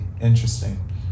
interesting